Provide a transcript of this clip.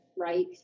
right